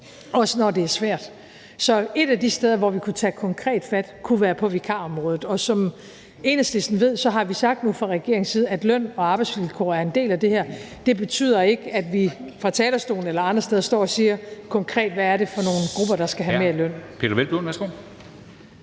også når det er svært. Så et af de steder, vi kunne tage konkret fat på, kunne være vikarområdet, og som Enhedslisten ved, har vi fra regeringens side sagt, at løn og arbejdsvilkår er en del af det her, men det betyder ikke, at vi fra talerstolen eller andre steder konkret står og siger, hvad det er for nogle grupper, der skal have mere i løn.